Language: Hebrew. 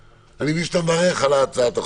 אני מבין שאתה מברך על הצעת החוק.